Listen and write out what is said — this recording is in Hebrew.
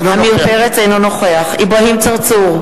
אינו נוכח אברהים צרצור,